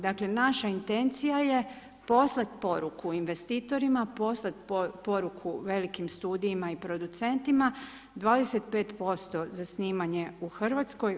Dakle naša intencija je poslati poruku investitorima, poslati poruku velikim studijima i producentima, 25% za snimanje u Hrvatskoj.